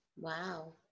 Wow